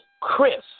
Chris